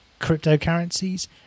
cryptocurrencies